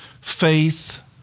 faith